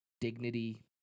dignity